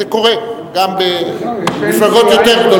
זה קורה גם במפלגות גדולות יותר.